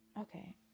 okay